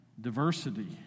diversity